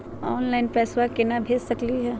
Online पैसवा केना भेज सकली हे?